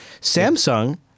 Samsung